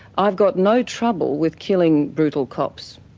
i've got no trouble with killing brutal cops.